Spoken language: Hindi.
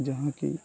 जहाँ कि